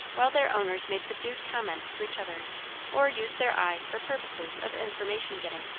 while their owners made subdued comments to each other or used their eyes for purposes of information getting.